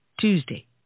Tuesday